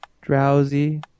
drowsy